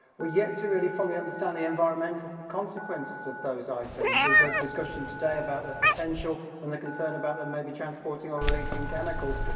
we're yet to really fully understand the environmental consequences of those items. we've heard discussion today about the potential and the concern about them maybe transporting or releasing chemicals.